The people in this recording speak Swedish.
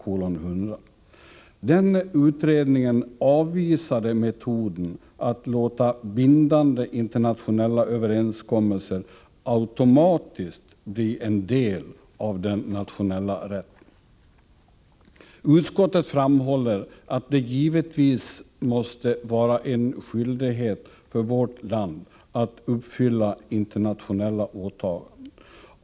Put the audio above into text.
Den utredningen avvisade metoden att låta bindande internationella överenskommelser automatiskt bli en del av den nationella rätten. Utskottet framhåller att det givetvis måste var en skyldighet för vårt land att uppfylla internationella åtaganden.